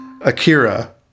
Akira